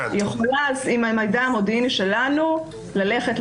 היא יכולה עם המידע המודיעיני שלנו ללכת,